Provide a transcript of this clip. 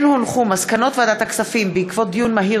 מסקנות ועדת הכספים בעקבות דיון מהיר